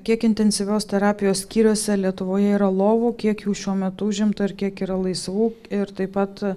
kiek intensyvios terapijos skyriuose lietuvoje yra lovų kiek jų šiuo metu užimta ir kiek yra laisvų ir taip pat